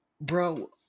bro